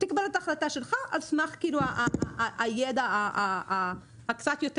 תקבל את ההחלטה שלך על סמך הידע הקצת יותר